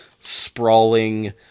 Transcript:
sprawling